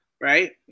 right